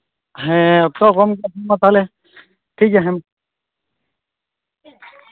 ᱦᱮᱸ ᱟᱪᱪᱷᱟ ᱜᱚᱝᱠᱮ ᱢᱟ ᱛᱟᱞᱦᱮ ᱴᱷᱤᱠᱜᱮᱭᱟ ᱦᱮᱸ ᱢᱟ